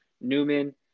Newman